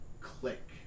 click